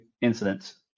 incidents